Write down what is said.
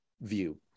view